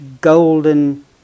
golden